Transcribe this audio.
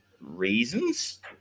reasons